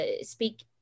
speak